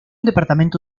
departamento